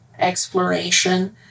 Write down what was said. exploration